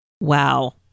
Wow